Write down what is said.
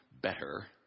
better